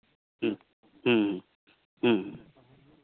ᱦᱮᱸ ᱦᱮᱸ ᱦᱮᱸ